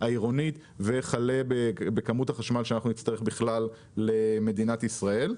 והעירונית וכלה בכמות החשמל שנצטרך בכלל למדינת ישראל.